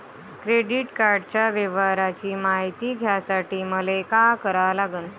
Credit कार्डाच्या व्यवहाराची मायती घ्यासाठी मले का करा लागन?